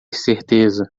certeza